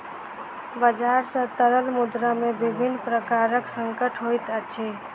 बजार सॅ तरल मुद्रा में विभिन्न प्रकारक संकट होइत अछि